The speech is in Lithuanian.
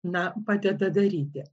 na padeda daryti